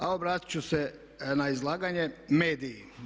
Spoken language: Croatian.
A obratiti ću se na izlaganje – mediji.